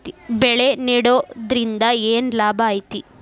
ಬೆಳೆ ನೆಡುದ್ರಿಂದ ಏನ್ ಲಾಭ ಐತಿ?